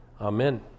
amen